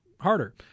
harder